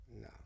No